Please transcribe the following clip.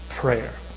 prayer